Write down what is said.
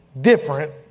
different